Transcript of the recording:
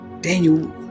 Daniel